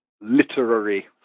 literary